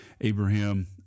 Abraham